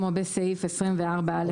כמו בסעיף 24(א) לחוק.